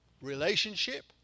relationship